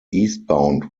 eastbound